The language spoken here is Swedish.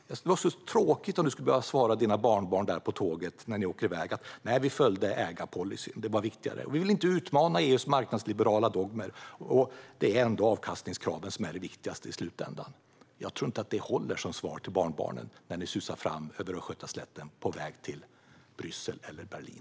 Det skulle vara så tråkigt om du skulle behöva svara dina barnbarn, när ni åker i väg på tåget: Nej, vi följde ägarpolicyn. Det var viktigare. Vi ville inte utmana EU:s marknadsliberala dogmer, och det är ändå avkastningskraven som är det viktigaste i slutändan. Jag tror inte att detta håller som svar till barnbarnen när ni susar fram över Östgötaslätten på väg till Bryssel eller Berlin.